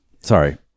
sorry